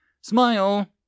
Smile